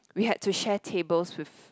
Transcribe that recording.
we had to share tables with